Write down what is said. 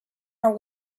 are